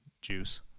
juice